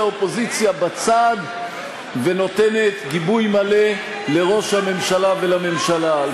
אופוזיציה בצד ונותנת גיבוי מלא לראש הממשלה ולממשלה.